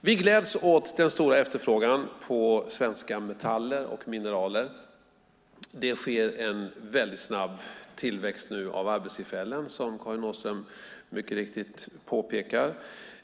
Vi gläds åt den stora efterfrågan på svenska metaller och mineraler. Det sker nu en väldigt snabb tillväxt av arbetstillfällen, som Karin Åström mycket riktigt påpekar.